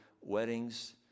weddings